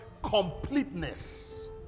completeness